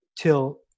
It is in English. till